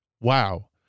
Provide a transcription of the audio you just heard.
wow